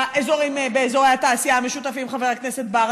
באזורי התעשייה המשותפים, חבר הכנסת בר.